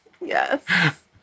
Yes